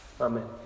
Amen